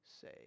say